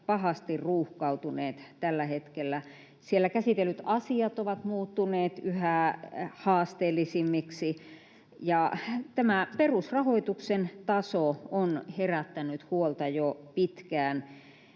pahasti ruuhkautuneet tällä hetkellä. Siellä käsitellyt asiat ovat muuttuneet yhä haasteellisemmiksi, ja tämä perusrahoituksen taso on herättänyt huolta jo pitkään.